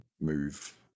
move